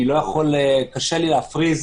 קשה לי להפריז